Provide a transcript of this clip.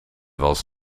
was